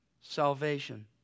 salvation